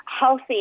healthy